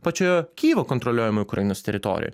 pačioje kijevo kontroliuojamoj ukrainos teritorijoj